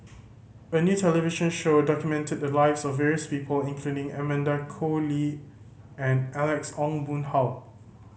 a new television show documented the lives of various people including Amanda Koe Lee and Alex Ong Boon Hau